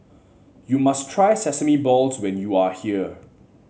you must try Sesame Balls when you are here